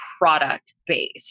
product-based